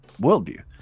worldview